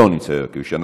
לא נמצא, יואב קיש.